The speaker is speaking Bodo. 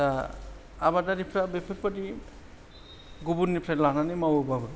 दा आबादारिफ्रा बेफोरबायदि गुबुननिफ्राय लानानै मावोब्लाबो